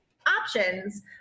options